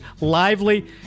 lively